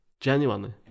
Genuinely